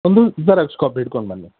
ಒಂದು xerox copy ಹಿಡ್ಕೊಂಡು ಬನ್ನಿ